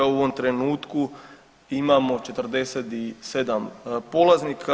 U ovom trenutku imamo 47 polaznika.